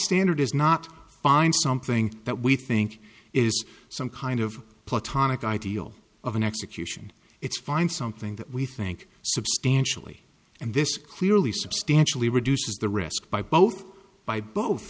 standard is not find something that we think is some kind of platonic ideal of an execution it's find something that we think substantially and this clearly substantially reduces the risk by both by both